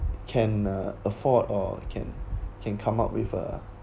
can afford or can can come up with a